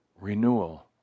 renewal